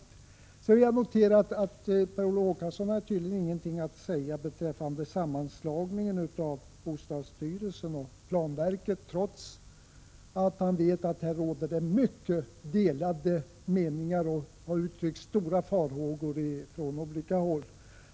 Sedan vill jag notera att Per Olof Håkansson tydligen inte har någonting att säga beträffande sammanslagningen av bostadsstyrelsen och planverket, trots att han vet att det härvidlag råder mycket delade meningar och har uttryckts stora farhågor från olika håll.